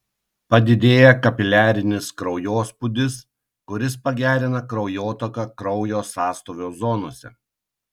padidėja kapiliarinis kraujospūdis kuris pagerina kraujotaką kraujo sąstovio zonose